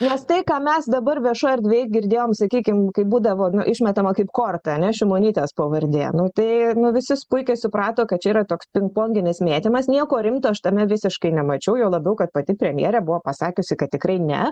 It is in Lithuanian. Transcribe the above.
jos tai ką mes dabar viešoj erdvėj girdėjom sakykim kaip būdavo nu išmetama kaip korta ane šimonytės pavardė nu tai nu visis puikiai suprato kad čia yra toks pinponginis mėtymas nieko rimto aš tame visiškai nemačiau juo labiau kad pati premjerė buvo pasakiusi kad tikrai ne